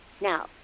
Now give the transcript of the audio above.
Now